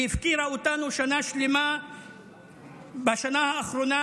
היא הפקירה אותנו שנה שלמה בשנה האחרונה,